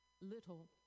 little